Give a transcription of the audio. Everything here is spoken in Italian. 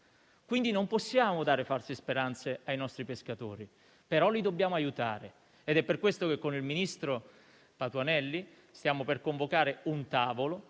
Quindi non possiamo dare false speranze ai nostri pescatori, però li dobbiamo aiutare ed è per questo che, con il ministro Patuanelli, stiamo per convocare un tavolo,